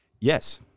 Yes